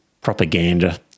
propaganda